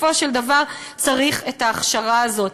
בסופו של דבר, צריך את ההכשרה הזאת.